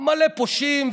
מלא פושעים,